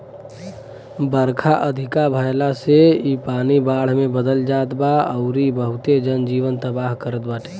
बरखा अधिका भयला से इ पानी बाढ़ में बदल जात बा अउरी बहुते जन जीवन तबाह करत बाटे